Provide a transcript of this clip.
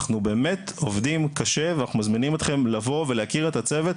אנחנו באמת עובדים קשה ואנחנו מזמינים אתכם לבוא ולהכיר את הצוות,